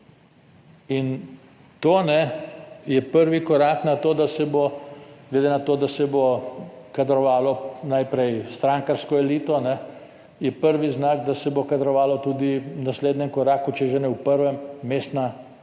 to, da se bo, glede na to, da se bo kadrovalo najprej strankarsko elito, je prvi znak, da se bo kadrovalo tudi v naslednjem koraku, če že ne v prvem mestna